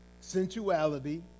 sensuality